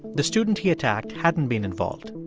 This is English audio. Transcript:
the student he attacked hadn't been involved.